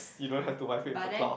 you don't have to wipe with a cloth